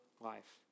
life